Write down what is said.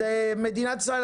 אז מדינת ישראל,